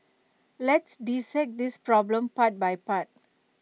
let's dissect this problem part by part